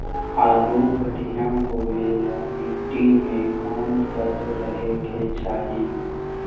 आलु बढ़िया होबे ल मट्टी में कोन तत्त्व रहे के चाही?